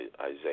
Isaiah